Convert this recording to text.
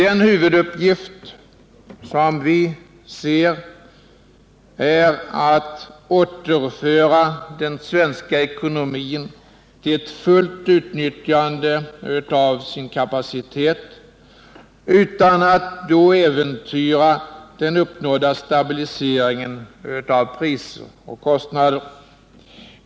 En huvuduppgift, som vi ser det, är att återföra den svenska ekonomin till ett fullt utnyttjande av dess kapacitet utan att äventyra den uppnådda stabiliseringen av priser och kostnader.